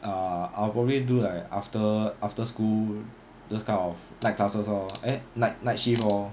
ah I'll probably do like after after school those kind of like night classes lor eh night night shift lor